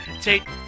take